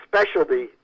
specialty